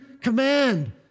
command